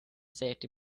safety